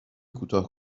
کوتاه